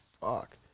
fuck